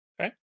Okay